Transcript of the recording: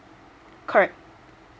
correct